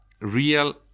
real